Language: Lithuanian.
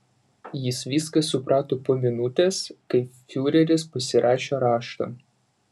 jis viską suprato po minutės kai fiureris pasirašė raštą